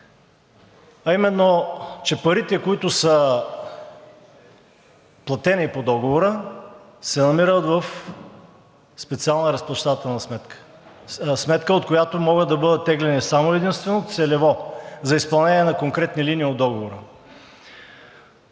а именно, че парите, които са платени по договора, се намират в специална разплащателна сметка – сметка, от която могат да бъдат теглени само и единствено целево за изпълнение на конкретни линии от договора.